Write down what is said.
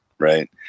right